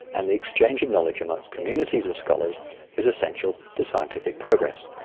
and the exchange of knowledge amongst communities of scholars is essential to scientific progress.